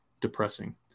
depressing